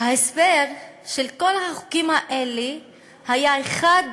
ההסבר של כל החוקים האלה היה אחד